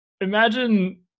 Imagine